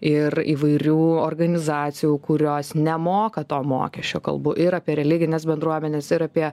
ir įvairių organizacijų kurios nemoka to mokesčio kalbu ir apie religines bendruomenes ir apie